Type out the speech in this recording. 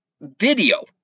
video